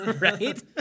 Right